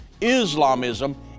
Islamism